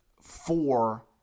four